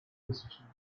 decisions